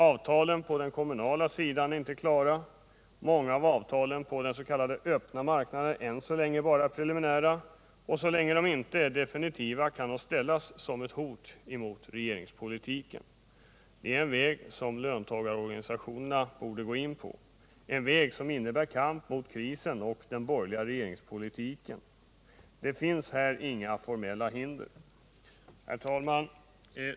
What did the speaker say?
Avtalen på den kommunala sidan är inte klara. Många avtal på den s.k. öppna marknaden är än så länge bara preliminära, och så länge de inte är definitiva kan de spelas ut som ett hot mot regeringspolitiken. Det är en väg som löntagarorganisationerna borde gå, en väg som innebär kamp mot krisen och den borgerliga regeringspolitiken. Det finns här inga formella hinder. Herr talman!